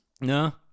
No